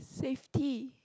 safety